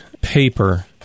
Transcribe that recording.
paper